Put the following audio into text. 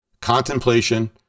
Contemplation